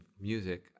music